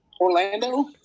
Orlando